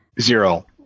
zero